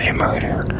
and murder?